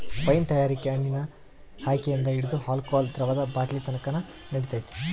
wine ತಯಾರಿಕೆ ಹಣ್ಣಿನ ಆಯ್ಕೆಯಿಂದ ಹಿಡಿದು ಆಲ್ಕೋಹಾಲ್ ದ್ರವದ ಬಾಟ್ಲಿನತಕನ ನಡಿತೈತೆ